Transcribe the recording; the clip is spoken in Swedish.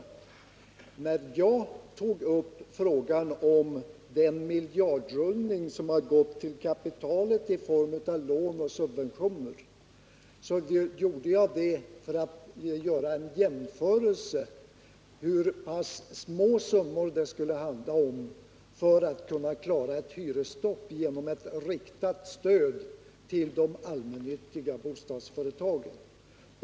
När jag tog upp frågan om miljardrullningen till kapitalet i form av lån och subventioner, gjorde jag det för att göra en jämförelse och visa hur pass små summor det skulle handla om för att kunna klara ett hyresstopp genom ett riktat stöd till de allmännyttiga bostadsföretagen.